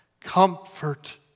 Comfort